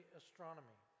astronomy